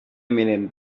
minute